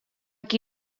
qui